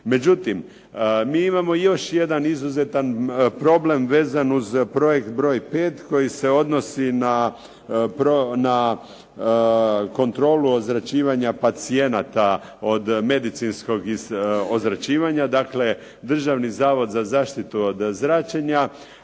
Međutim, mi imamo još jedan izuzetan problem vezan uz projekt broj pet koji se odnosi na kontrolu ozračivanja pacijenata od medicinskog ozračivanja. Dakle, Državni zavod za zaštitu od zračenja,